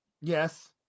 Yes